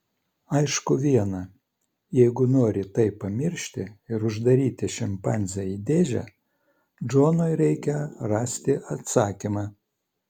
aišku viena jeigu nori tai pamiršti ir uždaryti šimpanzę į dėžę džonui reikia rasti atsakymą